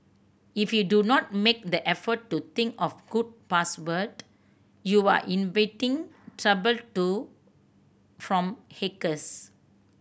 if you do not make the effort to think of good password you are inviting trouble through from hackers